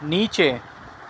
نیچے